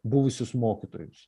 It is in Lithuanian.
buvusius mokytojus